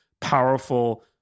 powerful